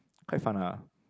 quite fun lah